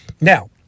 Now